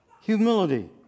Humility